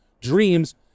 dreams